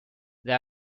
there